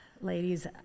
ladies